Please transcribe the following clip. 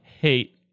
hate